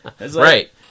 Right